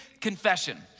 confession